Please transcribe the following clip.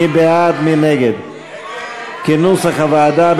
כנוסח הוועדה,